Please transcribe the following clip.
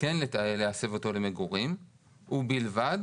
כן להסב אותו למגורים ובלבד